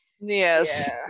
yes